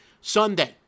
Sunday